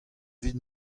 evit